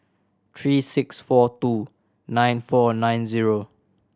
three six four two nine four nine zero